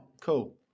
cool